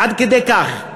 עד כדי כך.